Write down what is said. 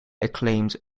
acclaimed